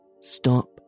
Stop